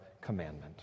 commandment